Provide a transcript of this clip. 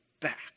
back